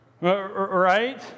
Right